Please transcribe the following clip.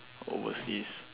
overseas